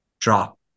drop